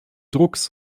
drucks